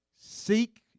Seek